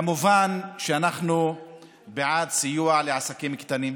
כמובן שאנחנו בעד סיוע לעסקים קטנים,